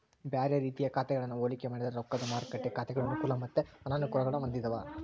ಬ್ಯಾರೆ ರೀತಿಯ ಖಾತೆಗಳನ್ನ ಹೋಲಿಕೆ ಮಾಡಿದ್ರ ರೊಕ್ದ ಮಾರುಕಟ್ಟೆ ಖಾತೆಗಳು ಅನುಕೂಲ ಮತ್ತೆ ಅನಾನುಕೂಲಗುಳ್ನ ಹೊಂದಿವ